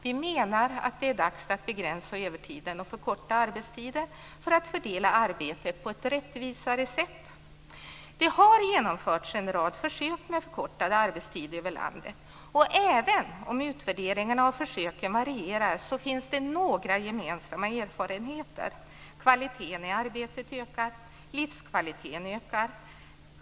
Vi menar att det är dags att begränsa övertiden och att förkorta arbetstiden för att fördela arbetet på ett rättvisare sätt. Det har över landet genomförts en rad försök med förkortad arbetstid. Även om utvärderingen av försöken varierar finns det några gemensamma erfarenheter: Kvaliteten i arbetet ökar. Livskvaliteten ökar.